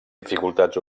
dificultats